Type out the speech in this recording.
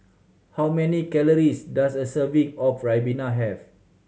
how many calories does a serving of ribena have